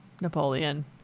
Napoleon